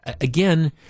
again